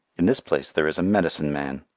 in this place there is a medicine man,